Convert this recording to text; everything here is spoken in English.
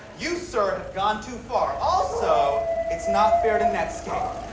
you, sir, have gone too far. also, it's not fair to netscape.